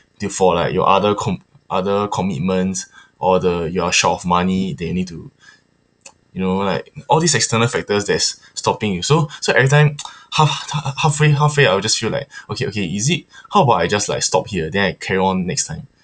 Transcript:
they are for like your other com other commitments or the you are short of money then you need to you know like all these external factors that's stopping you so so every time ha~ h~ h~ halfway halfway I feel just feel like okay okay is it how about I just like stop here then I carry on next time